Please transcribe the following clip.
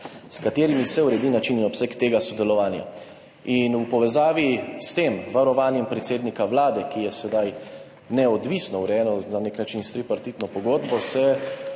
s katerimi se uredi način in obseg tega sodelovanja.« In v povezavi s tem varovanjem predsednika Vlade, ki je sedaj neodvisno urejeno na nek način s tripartitno pogodbo, se